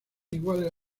iguales